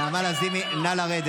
חברת הכנסת נעמה לזימי, נא לרדת.